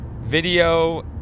video